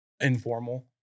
informal